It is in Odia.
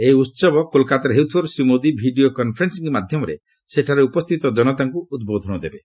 ଏହି ଉସବ କୋଲକାତାରେ ହେଉଥିବାରୁ ଶ୍ରୀ ମୋଦି ଭିଡ଼ିଓ କନ୍ଫରେନ୍ସିଂ ମାଧ୍ୟମରେ ସେଠାରେ ଉପସ୍ଥିତ ଜନତାଙ୍କୁ ଉଦ୍ବୋଧନ ଦେବେ